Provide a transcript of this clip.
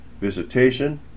Visitation